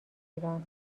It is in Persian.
ایران